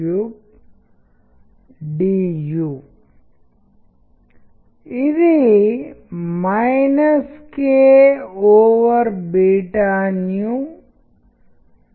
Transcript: మీరు వివిధ రకాల టైపోగ్రఫీని ఉదాహరణగా చెప్పడానికి తీసుకుంటే ఇక్కడ ఈ ఉదాహరణలను నేను చెప్పనప్పటికీ నేను వాటిని మీ కోసం స్లైడ్లలో ఉంచుతాను మీరు వాటిని చూడవచ్చు